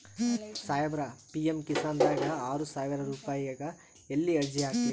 ಸಾಹೇಬರ, ಪಿ.ಎಮ್ ಕಿಸಾನ್ ದಾಗ ಆರಸಾವಿರ ರುಪಾಯಿಗ ಎಲ್ಲಿ ಅರ್ಜಿ ಹಾಕ್ಲಿ?